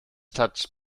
touch